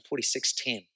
46.10